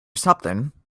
something